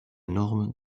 norme